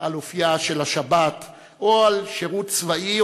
על אופייה של השבת או על שירות צבאי,